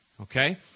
Okay